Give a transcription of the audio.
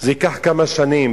זה ייקח כמה שנים.